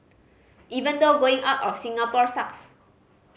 even though going out of Singapore sucks